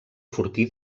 fortí